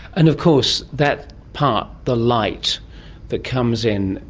and of course that part, the light that comes in.